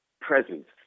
presence